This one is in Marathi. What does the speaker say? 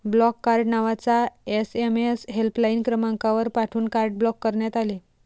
ब्लॉक कार्ड नावाचा एस.एम.एस हेल्पलाइन क्रमांकावर पाठवून कार्ड ब्लॉक करण्यात आले